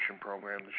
program